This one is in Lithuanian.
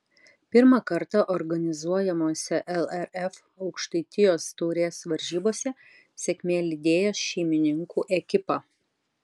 pirmą kartą organizuojamose lrf aukštaitijos taurės varžybose sėkmė lydėjo šeimininkų ekipą